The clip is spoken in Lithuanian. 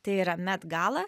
tai yra met galą